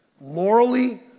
Morally